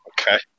Okay